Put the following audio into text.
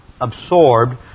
absorbed